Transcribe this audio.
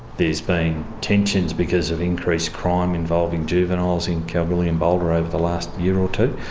there's been tensions because of increased crime involving juveniles in kalgoorlie and boulder over the last year or two.